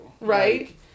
Right